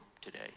today